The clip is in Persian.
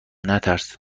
نترس